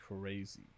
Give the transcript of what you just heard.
crazy